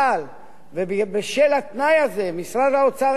שנים את הרפורמה שהיתה יכולה לצאת לדרך,